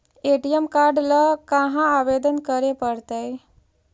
ATM card ल कहा आवेदन करे पड़तै?